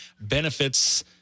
benefits